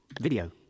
Video